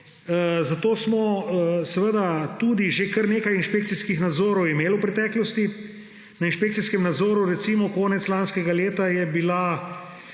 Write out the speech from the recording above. zato smo tudi že kar nekaj inšpekcijskih nadzorov imeli v preteklosti. Na inšpekcijskem nadzoru recimo konec lanskega leta je bila